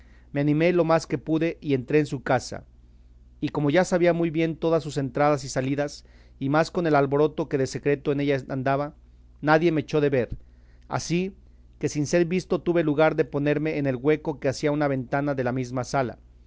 me animé lo más que pude y entré en su casa y como ya sabía muy bien todas sus entradas y salidas y más con el alboroto que de secreto en ella andaba nadie me echó de ver así que sin ser visto tuve lugar de ponerme en el hueco que hacía una ventana de la mesma sala